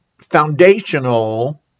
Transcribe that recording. foundational